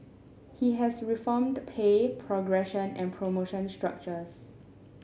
he has reformed pay progression and promotion structures